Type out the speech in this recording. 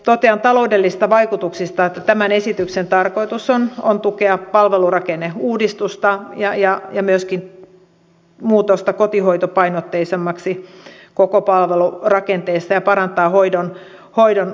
totean taloudellisista vaikutuksista että tämän esityksen tarkoitus on tukea palvelurakenneuudistusta ja myöskin muutosta kotihoitopainotteisemmaksi koko palvelurakenteessa ja parantaa hoidon laatua